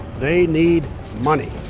they need money!